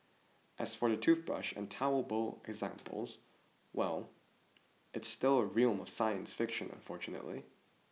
as for the toothbrush and toilet bowl examples well it's still in the realm of science fiction unfortunately